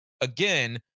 again